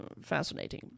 fascinating